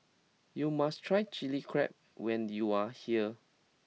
you must try Chilli Crab when you are here